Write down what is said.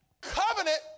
covenant